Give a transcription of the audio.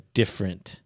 different